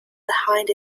behind